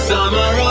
Summer